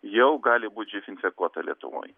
jau gali būti živ infekuota lietuvoj